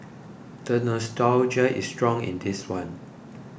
the nostalgia is strong in this one